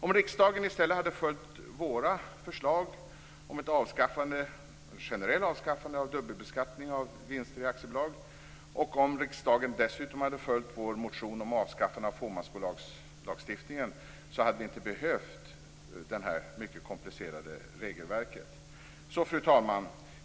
Om riksdagen i stället hade följt våra förslag om ett generellt avskaffande av dubbelbeskattning av vinster i aktiebolag och om riksdagen dessutom hade följt vår motion om avskaffande av fåmansbolagslagstiftningen hade vi inte behövt det här mycket komplicerade regelverket. Fru talman!